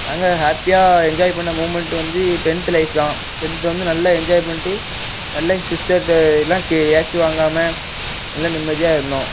நாங்கள் ஹாப்பியாக என்ஜாய் பண்ண மூமெண்ட் வந்து டென்த்து லைஃப் தான் டென்த்தில் வந்து நல்லா என்ஜாய் பண்ணிட்டு நல்லா சிஸ்டர்ட்ட எல்லாம் ஏச்சு வாங்காமல் நல்லா நிம்மதியாக இருந்தோம்